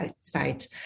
site